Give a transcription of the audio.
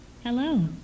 Hello